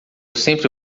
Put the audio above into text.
sempre